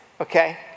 Okay